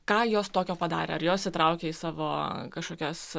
ką jos tokio padarė ar jos įtraukė į savo kažkokias